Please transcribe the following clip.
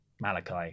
Malachi